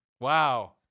Wow